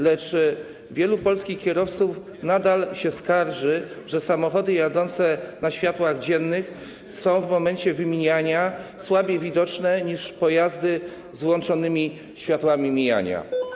Lecz wielu polskich kierowców nadal się skarży, że samochody jadące na światłach dziennych są w momencie wymijania słabiej widoczne niż pojazdy z włączonymi światłami mijania.